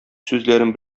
сүзләрем